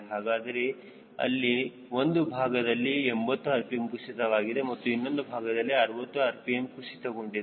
ಹಾಗಾದರೆ ಅಲ್ಲಿ ಒಂದು ಭಾಗದಲ್ಲಿ 80 rpm ಕುಸಿತವಾಗಿದೆ ಮತ್ತು ಇನ್ನೊಂದು ಭಾಗದಲ್ಲಿ 60 rpm ಕುಸಿತಗೊಂಡಿದೆ